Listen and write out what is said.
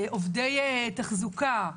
עובדי תחזוקה,